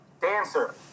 dancer